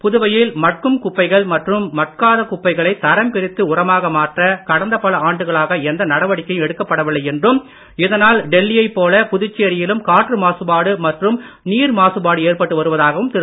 புதுவையில் மட்கும் குப்பைகள் மற்றும் மட்காத குப்பைகளை தரம் பிரித்து உரமாக மாற்ற கடந்த பல ஆண்டுகளாக எந்த நடவடிக்கையும் எடுக்கப் படவில்லை என்றும் இதனால் டெல்லி யைப் போல புதுச்சேரியிலும் காற்று மாசுபாடு மற்றும் நீர் மாசுபாடு ஏற்பட்டு வருவதாகவும் திரு